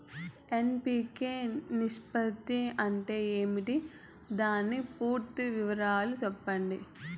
NPK నిష్పత్తి అంటే ఏమి దాని పూర్తి వివరాలు సెప్పండి?